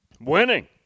Winning